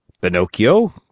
Pinocchio